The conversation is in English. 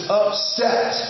upset